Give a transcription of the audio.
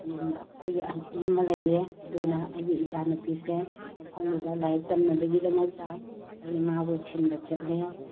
ꯑꯩꯈꯣꯏꯒꯤ ꯑꯟꯇꯤ ꯑꯃ ꯂꯩꯑꯦ ꯑꯗꯨꯅ ꯑꯩꯒꯤ ꯏꯆꯥ ꯅꯨꯄꯤꯁꯦ ꯃꯐꯝꯗꯨꯗ ꯂꯥꯏꯔꯤꯛ ꯇꯝꯅꯕꯒꯤꯗꯃꯛꯇ ꯑꯩ ꯃꯥꯕꯨ ꯊꯤꯟꯕ ꯆꯠꯂꯦ